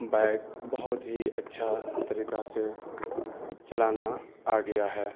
bike بہت ہی اچھا طریقہ سے چلانا آ گیا ہے